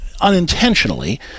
unintentionally